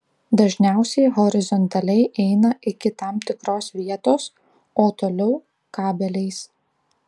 dažniausiai horizontaliai eina iki tam tikros vietos o toliau kabeliais